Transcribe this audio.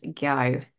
go